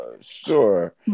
sure